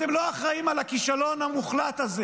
אתם לא אחראים על הכישלון המוחלט הזה,